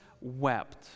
wept